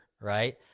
right